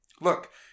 Look